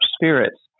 spirits